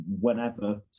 whenever